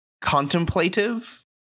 contemplative